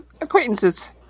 acquaintances